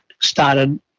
started